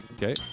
Okay